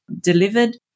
delivered